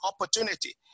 opportunity